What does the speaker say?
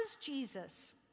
Jesus